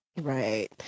right